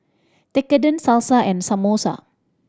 Tekkadon Salsa and Samosa